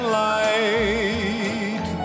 light